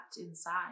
inside